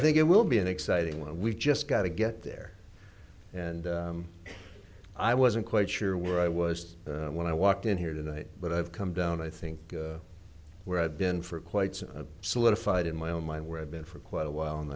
think it will be an exciting one we just got to get there and i wasn't quite sure where i was when i walked in here tonight but i've come down i think where i've been for quite some solidified in my own mind where i've been for quite a while and